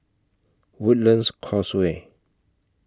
Woodlands Causeway